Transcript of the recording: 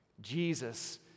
Jesus